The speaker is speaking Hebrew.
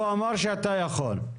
הוא אמר שאתה יכול.